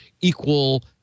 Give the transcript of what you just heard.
equal